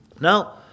Now